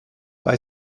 bei